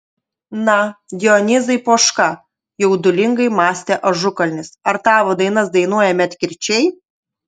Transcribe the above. na dionizai poška jaudulingai mąstė ažukalnis ar tavo dainas dainuoja medkirčiai